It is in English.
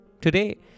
Today